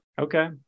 Okay